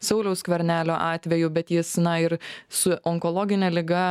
sauliaus skvernelio atveju bet jis na ir su onkologine liga